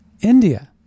India